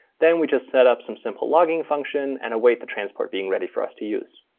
then we just set up some simple logging function and await the transport being ready for us to use.